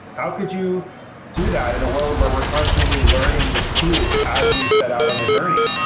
how could you do that in a world where we're constantly learning the truth as we set out on the journey?